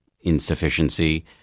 insufficiency